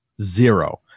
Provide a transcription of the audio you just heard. zero